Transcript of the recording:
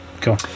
Cool